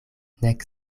nek